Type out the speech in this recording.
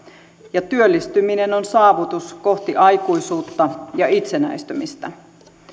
ja työllistyminen on saavutus kohti aikuisuutta ja itsenäistymistä